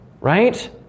Right